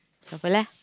shuffle leh